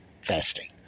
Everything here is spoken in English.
fasting